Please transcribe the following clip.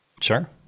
Sure